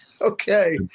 okay